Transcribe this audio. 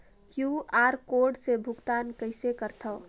QR code से भुगतान कइसे करथव?